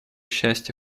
счастья